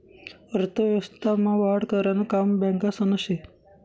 अर्थव्यवस्था मा वाढ करानं काम बॅकासनं से